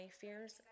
fears